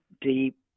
deep